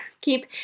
keep